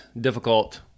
difficult